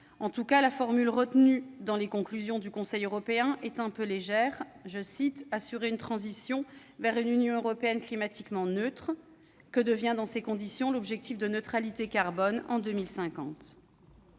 En tout cas, la formule retenue dans les conclusions du Conseil européen est un peu légère :« assurer une transition vers une Union européenne climatiquement neutre ». Que devient, dans ces conditions, l'objectif de neutralité carbone à